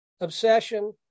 obsession